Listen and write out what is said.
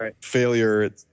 Failure